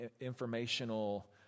informational